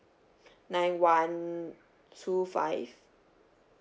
nine one two five